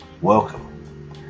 welcome